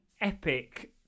epic